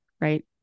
right